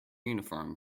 uniform